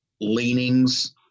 leanings